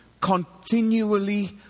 continually